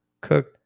cook